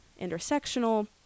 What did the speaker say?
intersectional